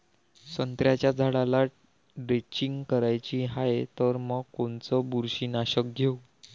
संत्र्याच्या झाडाला द्रेंचींग करायची हाये तर मग कोनच बुरशीनाशक घेऊ?